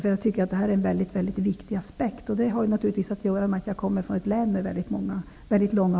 Jag tycker att detta är en mycket viktig aspekt, vilket naturligtvis har att göra med att jag kommer från ett län där avstånden är långa.